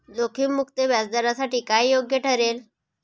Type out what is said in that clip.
जोखीम मुक्त व्याजदरासाठी काय योग्य ठरेल?